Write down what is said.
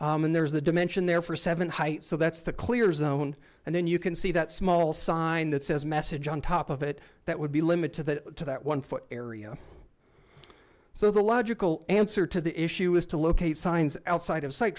and there's the dimension there for seven height so that's the clear zone and then you can see that small sign that says message on top of it that would be limit to that to that one foot area so the logical answer to the issue is to locate signs outside of si